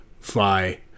fly